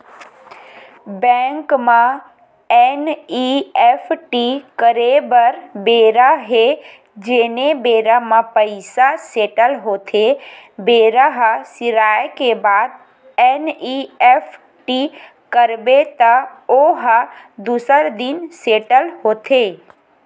bank म NEFT करे बर बेरा हे जेने बेरा म पइसा सेटल होथे बेरा ह सिराए के बाद एन.ई.एफ.टी करबे त ओ ह दूसर दिन सेटल होथे